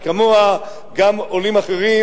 וכמוה עולים אחרים,